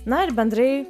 na ir bendrai